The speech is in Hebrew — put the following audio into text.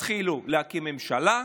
תתחילו להקים ממשלה,